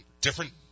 different